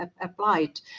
applied